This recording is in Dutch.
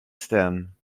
stem